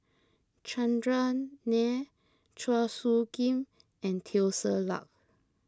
Chandran Nair Chua Soo Khim and Teo Ser Luck